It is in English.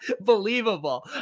believable